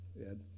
Ed